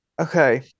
okay